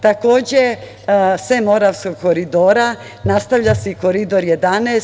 Takođe, sem Moravskog koridora, nastavlja se i Koridor 11.